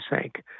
sink